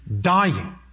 dying